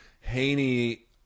Haney